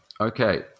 okay